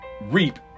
reap